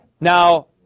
now